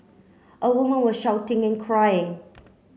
a woman were shouting and crying